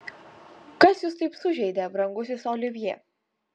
kas jūs taip sužeidė brangusis olivjė